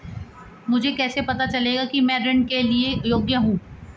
मुझे कैसे पता चलेगा कि मैं ऋण के लिए योग्य हूँ?